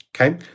Okay